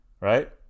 right